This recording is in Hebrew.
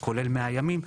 כולל 100 ימים,